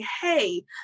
hey